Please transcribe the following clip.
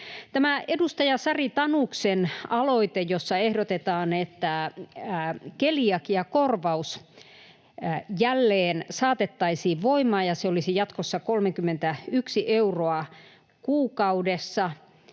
edustaja Sari Tanuksen aloite, jossa ehdotetaan, että keliakiakorvaus jälleen saatettaisiin voimaan ja se olisi jatkossa 31 euroa kuukaudessa,